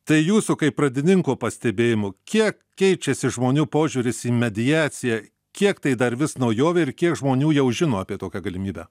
tai jūsų kaip pradininko pastebėjimu kiek keičiasi žmonių požiūris į mediaciją kiek tai dar vis naujovė ir kiek žmonių jau žino apie tokią galimybę